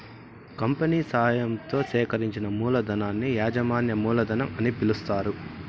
company సాయంతో సేకరించిన మూలధనాన్ని యాజమాన్య మూలధనం అని పిలుస్తారు